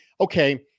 okay